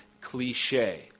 cliche